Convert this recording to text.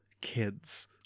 Kids